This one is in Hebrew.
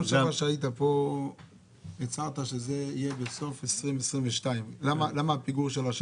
שעברה שהיית פה הצהרת שזה יהיה בסוף שנת 2022. למה הפיגור?